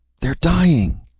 they're dying!